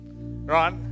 right